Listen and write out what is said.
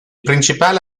principale